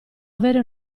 avere